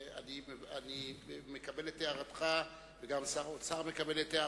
אני מקבל את הערתך וגם שר האוצר מקבל את הערתך.